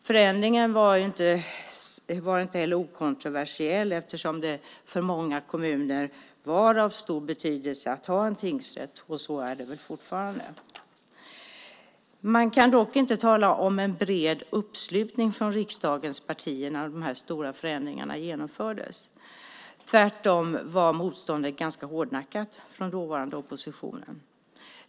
Förändringen var inte okontroversiell, eftersom det för många kommuner var av stor betydelse att ha en tingsrätt, och så är det väl fortfarande. Man kan dock inte tala om en bred uppslutning från riksdagens partier när dessa stora förändringar genomfördes. Tvärtom var motståndet ganska hårdnackat från dåvarande opposition.